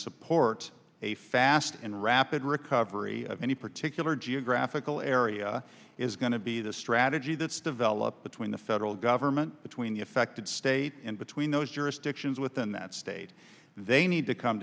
support a fast and rapid recovery of any particular geographical area is going to be the strategy that's developed between the federal government between the affected states and between those jurisdictions within that state they need to come